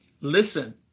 Listen